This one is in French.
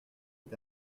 est